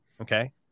Okay